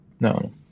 No